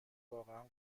واقعا